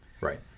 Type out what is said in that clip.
Right